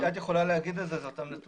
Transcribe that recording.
את יכולה להגיד את זה, אלה אותם נתונים.